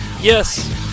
Yes